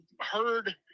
heard